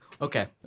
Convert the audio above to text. Okay